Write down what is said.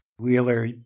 Wheeler